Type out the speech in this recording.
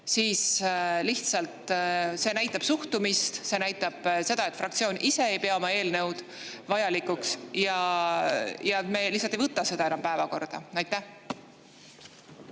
see lihtsalt näitab suhtumist, see näitab seda, et fraktsioon ise ei pea oma eelnõu vajalikuks –, siis me lihtsalt ei võta seda enam päevakorda. Aitäh!